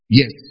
yes